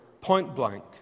point-blank